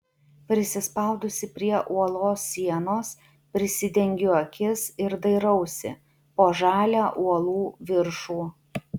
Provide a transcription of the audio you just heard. prisispaudusi prie uolos sienos prisidengiu akis ir dairausi po žalią uolų viršų